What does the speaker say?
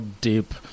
deep